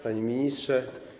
Panie Ministrze!